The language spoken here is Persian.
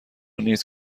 نیست